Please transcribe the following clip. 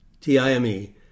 T-I-M-E